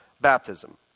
baptism